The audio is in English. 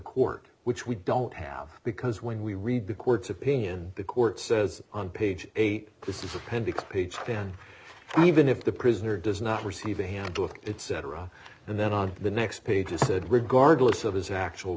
court which we don't have because when we read the court's opinion the court says on page eight this is appendix page down even if the prisoner does not receive a handbook it cetera and then on the next page is said regardless of his actual